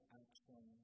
action